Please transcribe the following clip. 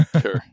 Sure